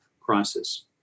crisis